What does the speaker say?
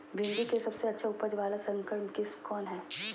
भिंडी के सबसे अच्छा उपज वाला संकर किस्म कौन है?